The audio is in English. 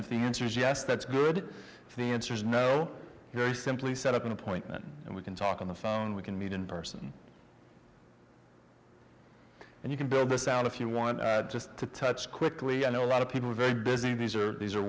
if the answer is yes that's good the answer is no he simply set up an appointment and we can talk on the phone we can meet in person and you can build the sound if you want just to touch quickly i know a lot of people are very busy these are these are